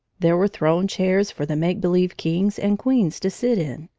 there were throne chairs for the make-believe kings and queens to sit in,